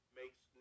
makes